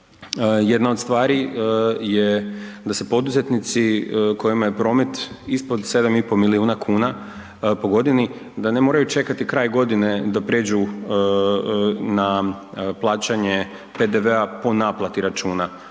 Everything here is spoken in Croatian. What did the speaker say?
Jedna od stvari je da se poduzetnici kojima je promet ispod 7,5 miliona kuna po godini da ne moraju čekati kraj godine da prijeđu na plaćanje PDV-a po naplati računa.